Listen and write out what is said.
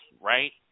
right